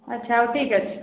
ଆଚ୍ଛା ହଉ ଠିକ ଅଛି